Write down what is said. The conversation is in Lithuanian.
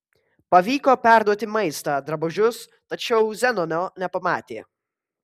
pavyko perduoti maistą drabužius tačiau zenono nepamatė